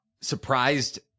surprised